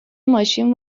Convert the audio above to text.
ماشین